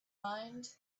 mind